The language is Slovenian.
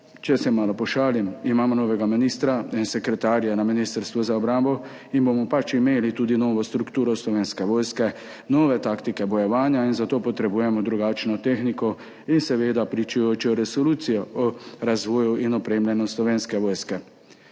če se malo pošalim, imamo novega ministra in sekretarja na Ministrstvu za obrambo in bomo pač imeli tudi novo strukturo Slovenske vojske, nove taktike bojevanja in za to potrebujemo drugačno tehniko in seveda pričujočo resolucijo o razvoju in opremljenost Slovenske vojske.